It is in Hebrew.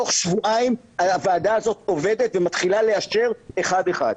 תוך שבועיים הוועדה הזאת עובדת ומתחילה לאשר אחד אחד.